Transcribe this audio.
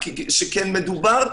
לא נבחנה תופעת ה ADE שעלולה להחמיר